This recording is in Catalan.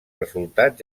resultats